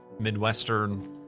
Midwestern